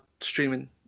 streaming